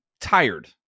tired